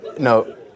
no